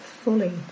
fully